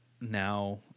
now